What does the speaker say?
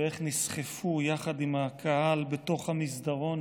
ואיך נסחפו יחד עם הקהל בתוך המסדרון